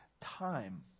time